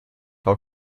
how